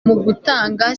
gutanga